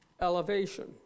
elevation